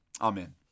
Amen